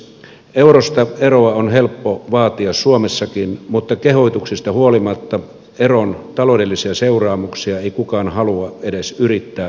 eurosta eroa on helppo vaatia suomessakin mutta kehotuksista huolimatta eron taloudellisia seuraamuksia ei kukaan halua edes yrittää arvioida